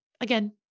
again